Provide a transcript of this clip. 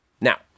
Now